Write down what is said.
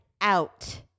out